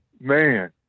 Man